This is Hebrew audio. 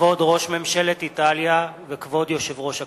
כבוד ראש ממשלת איטליה וכבוד יושב-ראש הכנסת!